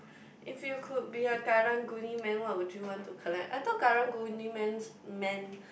if you could be a karang guni man what would you want to collect I thought karang guni man's man